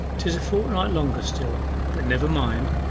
tis a fortnight longer still but never mind.